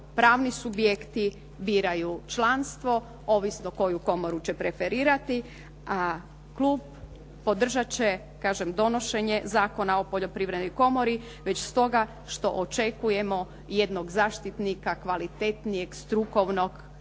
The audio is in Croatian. pravni subjekti biraju članstvo ovisno koju komoru će preferirati. A klub podržati će, kažem, donošenje Zakona o poljoprivrednoj komori već stoga što očekujemo i jednog zaštitnika, kvalitetnijeg strukovnog, prije